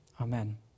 Amen